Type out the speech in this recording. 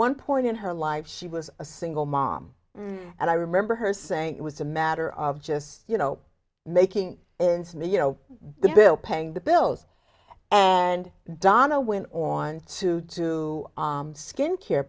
one point in her life she was a single mom and i remember her saying it was a matter of just you know making ends meet you know the bill paying the bills and donna went on to do skin care